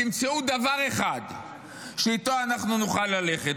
תמצאו דבר אחד שאיתו אנחנו נוכל ללכת.